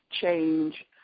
change